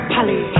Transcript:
Polly